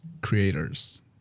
creators